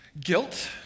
guilt